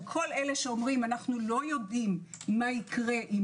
כל אלה שאומרים: אנו לא יודעים מה יראה,